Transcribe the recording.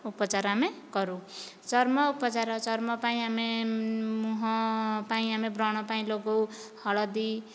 ଉପଚାର ଆମେ କରୁ ଚର୍ମ ଉପଚାର ଚର୍ମ ପାଇଁ ଆମେ ମୁଁହ ପାଇଁ ଆମେ ବ୍ରଣ ପାଇଁ ଲଗଉ ହଳଦୀ